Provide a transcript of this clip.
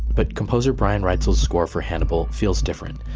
but composer brian reitzell's score for hannibal feels different.